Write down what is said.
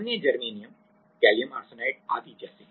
अन्य germanium gallium arsenide आदि जैसे हैं